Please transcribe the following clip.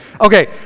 Okay